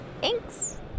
Thanks